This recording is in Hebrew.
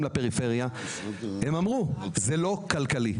לפריפריה הם אמרו מפורשות שזה לא כלכלי,